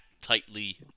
tightly